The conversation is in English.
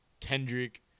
Kendrick